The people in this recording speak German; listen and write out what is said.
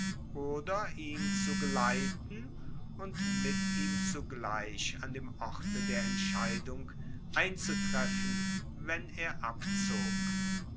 oder ihn zu geleiten und mit ihm zugleich an dem orte der entscheidung einzutreffen wenn er abzog